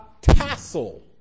tassel